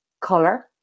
color